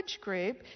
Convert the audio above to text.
group